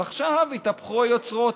אבל עכשיו התהפכו היוצרות.